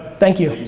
thank you.